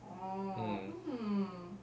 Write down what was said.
um